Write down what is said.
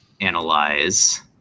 analyze